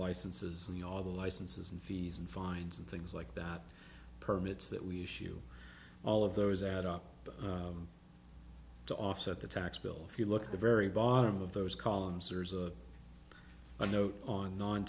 licenses and all the licenses and fees and fines and things like that permits that we issue all of those add up to offset the tax bill if you look at the very bottom of those columns or as of a note on non